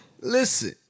Listen